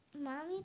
Mommy